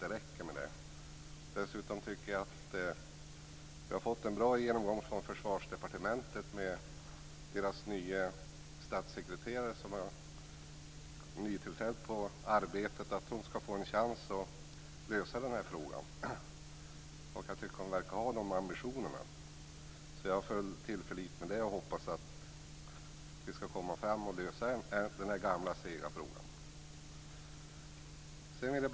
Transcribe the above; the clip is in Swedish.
Jag tycker dessutom att vi har fått en bra genomgång med Försvarsdepartementets nytillträdda statssekreterare och menar att hon bör få en chans att lösa den här frågan. Hon verkar ha en sådan ambition. Jag förlitar mig på det och hoppas att vi ska kunna komma fram till en lösning av denna gamla och sega fråga.